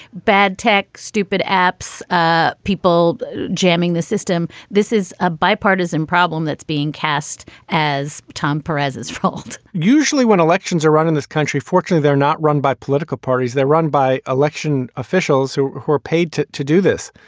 bad tech, stupid apps, ah people jamming the system. this is a bipartisan problem that's being cast as tom perez's fault usually when elections are run in this country, fortunately, they're not run by political parties. they're run by election officials who who are paid to to do this.